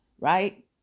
Right